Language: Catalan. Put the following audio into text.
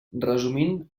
resumint